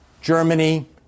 Germany